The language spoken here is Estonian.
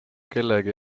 kellegi